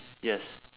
yes